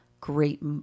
great